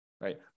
right